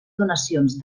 donacions